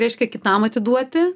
reiškia kitam atiduoti